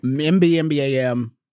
M-B-M-B-A-M